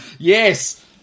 yes